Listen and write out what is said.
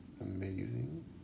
Amazing